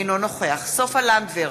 אינו נוכח סופה לנדבר,